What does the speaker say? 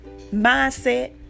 mindset